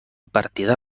partida